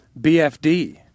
BFD